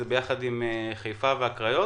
הוא ביחד עם חיפה והקריות